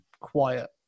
quiet